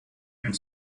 and